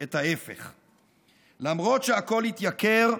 למרות שהכול התייקר,